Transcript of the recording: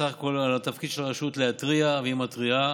סך הכול, התפקיד של הרשות להתריע, והיא מתריעה,